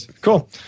Cool